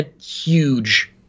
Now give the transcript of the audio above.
huge